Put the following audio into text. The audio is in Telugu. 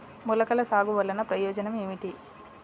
మొలకల సాగు వలన ప్రయోజనం ఏమిటీ?